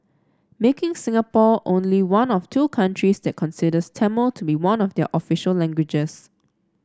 making Singapore only one of two countries that considers Tamil to be one of their official languages